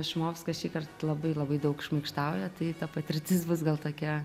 šumovska šįkart labai labai daug šmaikštauja tai ta patirtis bus gal tokia